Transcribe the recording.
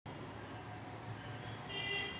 बचत खात खोलासाठी कोंते कागद लागन?